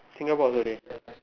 Singapore also dey